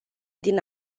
din